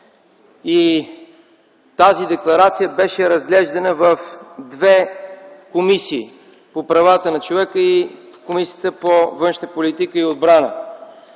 и тази декларация беше разглеждана в две комисии – по правата на човека и в Комисията по външна политика и отбрана.